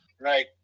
Right